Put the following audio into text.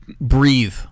breathe